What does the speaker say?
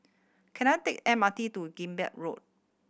can I take M R T to Digby Road